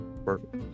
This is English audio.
Perfect